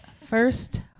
First